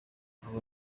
aba